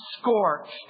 scorched